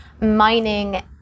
mining